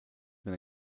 been